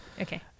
Okay